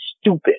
stupid